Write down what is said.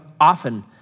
often